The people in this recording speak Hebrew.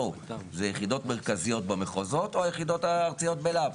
אם זה יחידות מרכזיות במחוזות ואם זה יחידות בלהב,